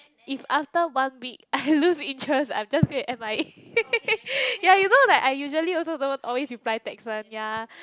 if after one week I lose interest I'm just gonna M_I_A ya you know like I usually also don't always reply text one ya